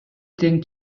тең